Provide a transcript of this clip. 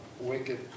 wicked